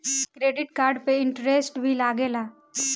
Credit card पे interest भी लागेला?